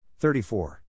34